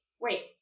Wait